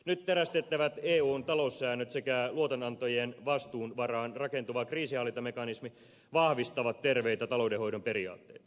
nyt terästettävät eun taloussäännöt sekä luotonantojen vastuun varaan rakentuva kriisinhallintamekanismi vahvistavat terveitä taloudenhoidon periaatteita